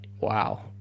Wow